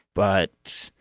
but